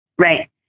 Right